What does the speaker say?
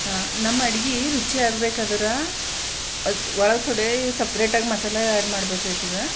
ನಮ್ಮ ಅಡ್ಗೆ ರುಚಿಯಾಗ್ಬೇಕೆಂದರೆ ಅದು ಒಳಗೆ ತೋಡೆ ಸಪ್ರೇಟಾಗಿ ಮಸಾಲೆ ಆ್ಯಡ್ ಮಾಡ್ಬೇಕಾಯ್ತದ